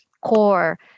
core